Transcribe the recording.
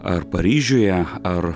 ar paryžiuje ar